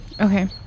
Okay